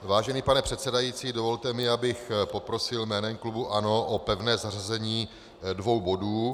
Vážený pane předsedající, dovolte mi, abych poprosil jménem klubu ANO o pevné zařazení dvou bodů.